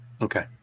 Okay